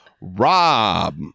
Rob